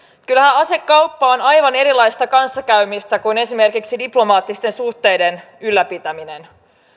kyllähän asekauppa on aivan erilaista kanssakäymistä kuin esimeriksi diplomaattisten suhteiden ylläpitäminen